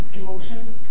emotions